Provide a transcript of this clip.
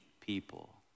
people